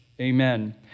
Amen